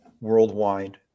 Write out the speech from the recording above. worldwide